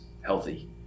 healthy